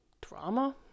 drama